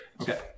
Okay